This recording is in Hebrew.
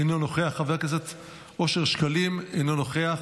אינו נוכח, חבר הכנסת אושר שקלים, אינו נוכח,